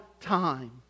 time